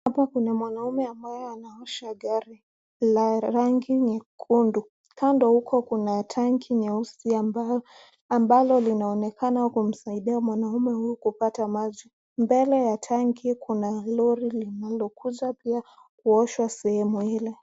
Hapa kuna mwanaume amabaye anaosha gari la rangi nyekundu, kando huko kuna tanki nyeusi ambayo ambalo linaonekana kumsaidia mwanaume huu kupata maji, mbele ya tanki kuna lori linalokuza pia kuoshwa sehemu ile.